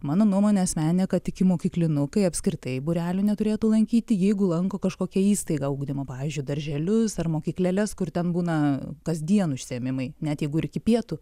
mano nuomonė asmeninė kad ikimokyklinukai apskritai būrelių neturėtų lankyti jeigu lanko kažkokią įstaigą ugdymo pavyzdžiui darželius ar mokyklėles kur ten būna kasdien užsiėmimai net jeigu ir iki pietų